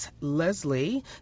Leslie